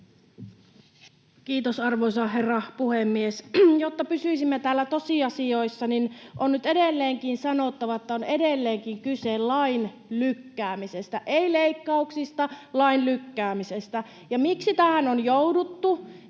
Kiitos, arvoisa herra puhemies! Jotta pysyisimme täällä tosiasioissa, on nyt edelleenkin sanottava, että on edelleenkin kyse lain lykkäämisestä — ei leikkauksista, lain lykkäämisestä. Ja miksi tähän on jouduttu?